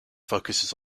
focuses